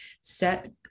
set